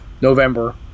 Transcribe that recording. November